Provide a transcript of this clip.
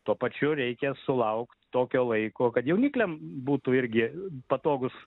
tuo pačiu reikia sulaukt tokio laiko kad jaunikliam būtų irgi patogus